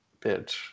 bitch